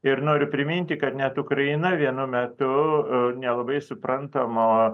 ir noriu priminti kad net ukraina vienu metu nelabai suprantamo